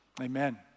Amen